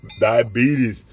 diabetes